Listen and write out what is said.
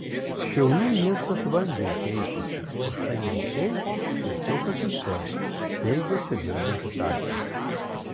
šiaulių miestas vangiai keičiasi o štai naisiai tiesiog akyse teigia čia dirbantis aktorius